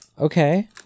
Okay